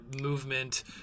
Movement